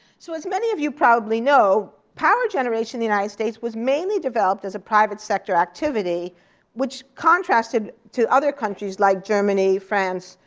so as many of you probably know, power generation in the united states was mainly developed as a private sector activity which contrasted to other countries like germany, france,